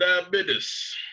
Diabetes